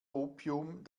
opium